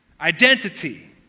identity